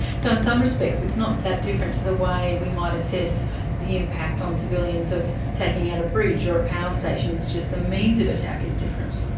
so in some respects it's not that different to the way we might assess the impact on civilians of taking out a bridge or a power station, it's just the means of attack is different.